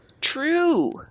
True